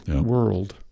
world